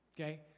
Okay